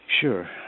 Sure